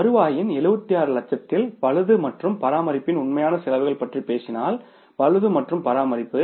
வருவாயின் 76 லட்சத்தில் பழுது மற்றும் பராமரிப்பின் உண்மையான செலவுகள் பற்றி பேசினால் பழுது மற்றும் பராமரிப்பு